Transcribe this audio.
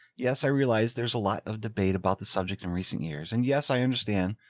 yes. i realized there's a lot of debate about this subject in recent years and yes, i understand.